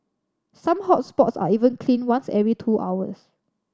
some hot spots are even cleaned once every two hours